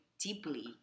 deeply